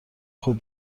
خوب